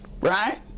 Right